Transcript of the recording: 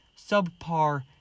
subpar